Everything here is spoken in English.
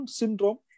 syndrome